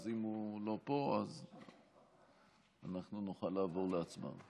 אז אם הוא לא פה אנחנו נוכל לעבור להצבעה.